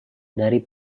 dari